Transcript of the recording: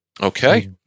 Okay